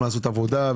לעשות עבודה,